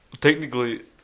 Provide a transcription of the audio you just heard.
Technically